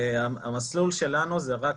המסלול שלנו הוא רק